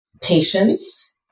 patience